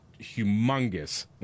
humongous